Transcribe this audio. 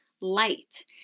light